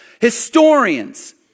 historians